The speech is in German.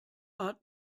hat